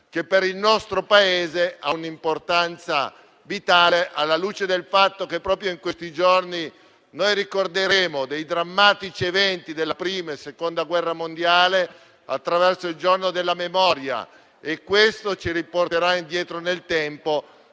che per il nostro Paese ha un'importanza vitale, alla luce del fatto che proprio in questi giorni ricorderemo dei drammatici eventi della Prima e della Seconda guerra mondiale attraverso il Giorno della memoria. E questo ci riporterà indietro nel tempo,